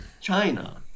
China